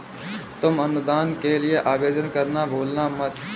तुम अनुदान के लिए आवेदन करना भूलना मत